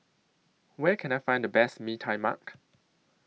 Where Can I Find The Best Mee Tai Mak